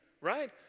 right